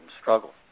struggle